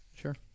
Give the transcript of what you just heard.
Sure